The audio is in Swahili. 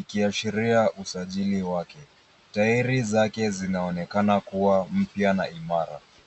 ikiashiria usajili wake. [cs ] Tairi [cs ] zake zinaonekana kuwa mpya na imara.